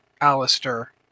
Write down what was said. Alistair